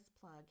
plug